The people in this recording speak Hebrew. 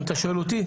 אם אתה שואל אותי,